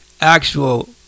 actual